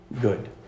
good